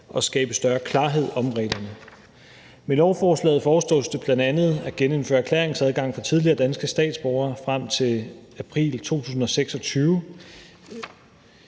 og skabe større klarhed om reglerne. Med lovforslaget foreslås det bl.a. at genindføre erklæringsadgang for tidligere danske statsborgere frem til april 2026,